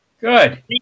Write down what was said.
Good